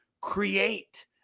create